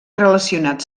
relacionat